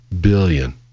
billion